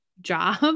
job